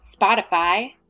Spotify